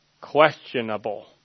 questionable